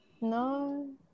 No